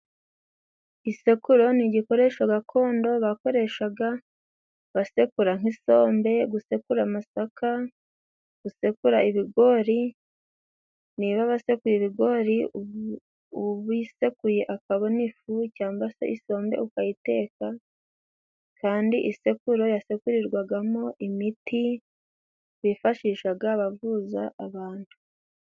Isekuro ni igikoresho gakondo bakoreshaga basekura nk'isombe, gusekura amasaka, gusekura ibigori, niba basekuye ibigori ubisekuye akabona ifu. cyangwa se isombe ukayiteka, kandi isekuro yasekurirwagamo imiti bifashishaga bavuza abantu.